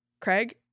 Craig